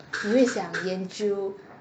你会想研究